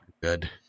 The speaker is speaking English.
good